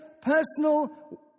personal